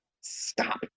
stop